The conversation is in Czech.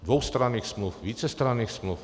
Dvoustranných smluv, vícestranných smluv.